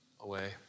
away